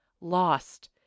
Lost